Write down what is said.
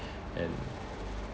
and